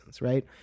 right